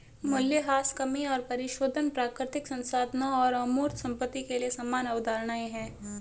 मूल्यह्रास कमी और परिशोधन प्राकृतिक संसाधनों और अमूर्त संपत्ति के लिए समान अवधारणाएं हैं